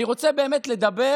אני רוצה באמת לדבר